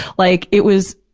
like, it was,